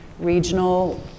regional